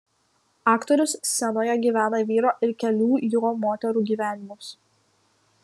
aktorius scenoje gyvena vyro ir kelių jo moterų gyvenimus